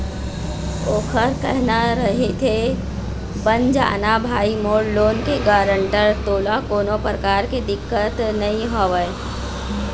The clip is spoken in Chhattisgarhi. ओखर कहना रहिथे बन जाना भाई मोर लोन के गारेंटर तोला कोनो परकार के दिक्कत नइ होवय